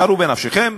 שערו בנפשכם,